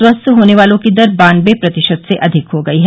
स्वस्थ होने वालों की दर बान्नबे प्रतिशत से अधिक हो गई है